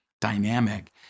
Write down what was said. dynamic